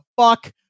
fuck